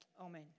Amen